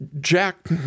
Jack